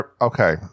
Okay